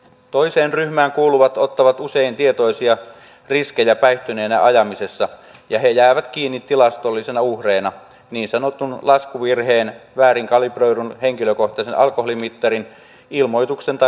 toiseen ryhmään kuuluvat ottavat usein tietoisia riskejä päihtyneenä ajamisessa ja he jäävät kiinni tilastollisina uhreina niin sanotun laskuvirheen väärin kalibroidun henkilökohtaisen alkoholimittarin ilmoituksen tai liikenneonnettomuuden seurauksena